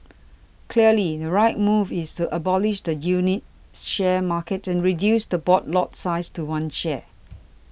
clearly the right move is to abolish the unit share market and reduce the board lot size to one share